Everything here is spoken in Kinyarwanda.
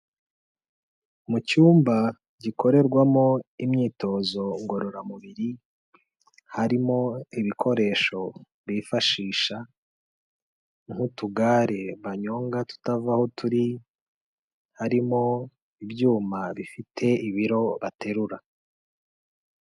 Mu cyumba gikorerwamo imyitozo ngororamubiri, harimo ibikoresho bifashisha nk'utugare banyonga tutava aho turi, harimo ibyuma bifite ibiro baterura.